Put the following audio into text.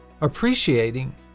appreciating